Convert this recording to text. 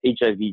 HIV